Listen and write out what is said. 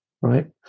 right